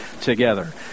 together